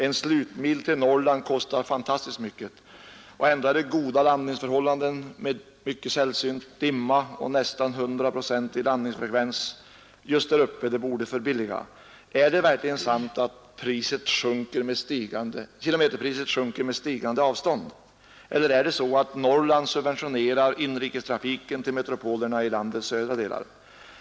En slutmil till Norrland kostar fantastiskt mycket. Ändå råder goda landningsförhållanden i Umeå. Dimma är sällsynt och landningsfrekvensen är nästan 100 procent. Det borde förbilliga. Är det verkligen sant att kilometerpriset sjunker med stigande avstånd eller subventionerar Norrland inrikestrafiken till metropolerna i landets södra delar?